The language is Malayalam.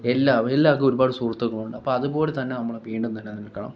എല്ലാം എല്ലാവർക്കും ഒരുപാട് സുഹൃത്തുക്കൾ ഉണ്ട് അപ്പം അതുപോലെ തന്നെ നമ്മൾ വീണ്ടും നിലനിൽക്കണം